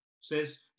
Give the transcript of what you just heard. says